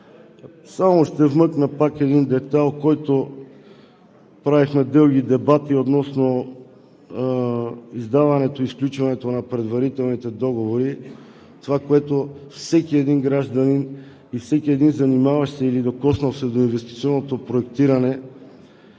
Само ще вмъкна пак един детайл, по който правихме дълги дебати – относно издаването и сключването на предварителните договори – това, с което всеки един гражданин и всеки един, занимаващ се или докоснал се до инвестиционното проектиране,